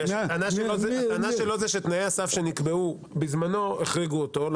כי התקנה שלו שתנאי הסף שנקבעו בזמנו החריגו אותו.